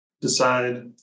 decide